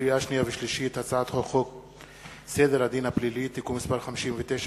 לקריאה שנייה ולקריאה שלישית: הצעת חוק סדר הדין הפלילי (תיקון מס' 59),